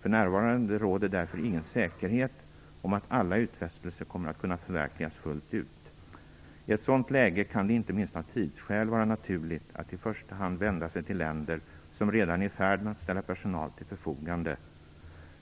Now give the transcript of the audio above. För närvarande råder därför ingen säkerhet om att alla utfästelser kommer att kunna förverkligas fullt ut. I ett sådant läge kan det, inte minst av tidsskäl, vara naturligt att i första hand vända sig till länder som redan är i färd med att ställa personal till förfogande.